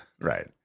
right